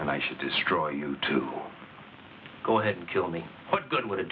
and i should destroy you to go ahead and kill me what good would